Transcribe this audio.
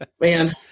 Man